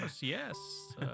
yes